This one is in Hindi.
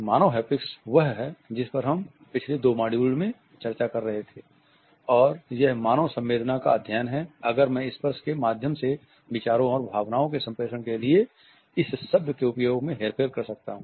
मानव हैप्टिक्स वह है जिस पर हम पिछले दो मॉड्यूल में चर्चा कर रहे थे और यह मानव संवेदना का अध्ययन है अगर मैं स्पर्श के माध्यम से विचारों और भावनाओं के सम्प्रेषण के लिए इस शब्द के उपयोग में हेरफेर कर सकता हूं